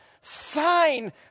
sign